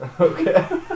Okay